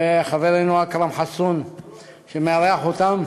וחברנו אכרם חסון מארח אותם,